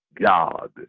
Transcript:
God